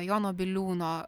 jono biliūno